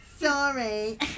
Sorry